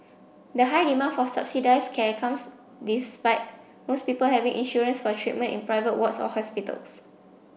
the high demand for subsidised care comes despite most people having insurance for treatment in private wards or hospitals